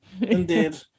Indeed